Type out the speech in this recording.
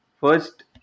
First